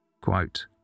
Quote